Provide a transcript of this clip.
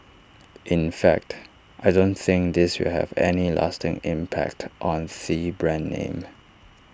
in fact I don't think this will have any lasting impact on the brand name